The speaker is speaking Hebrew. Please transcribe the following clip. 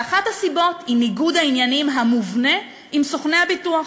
ואחת הסיבות היא ניגוד העניינים המובנה עם סוכני הביטוח.